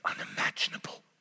unimaginable